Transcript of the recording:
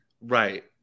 Right